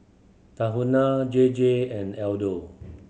Tahuna J J and Aldo